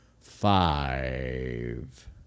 five